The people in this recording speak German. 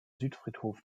südfriedhof